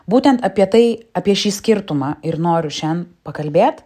būtent apie tai apie šį skirtumą ir noriu šian pakalbėt